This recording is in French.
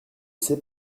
sais